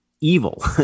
evil